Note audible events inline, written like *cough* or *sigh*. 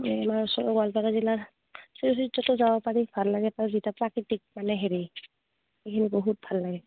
আমাৰ ওচৰৰ গোৱালপাৰা জিলাৰ *unintelligible* যাব পাৰি ভাল লাগে তাৰ যিটো প্ৰাকৃতিক মানে হেৰি এইখিনি বহুত ভাল লাগে